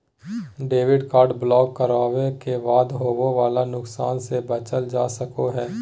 debit card block करावे के बाद होवे वाला नुकसान से बचल जा सको हय